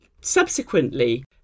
Subsequently